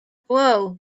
blow